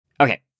Okay